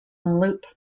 loop